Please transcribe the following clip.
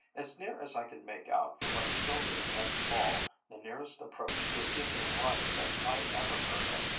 as near as i can make out from what sylvia lets fall, the nearest approach to athenian life that i ever heard of,